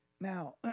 Now